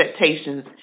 expectations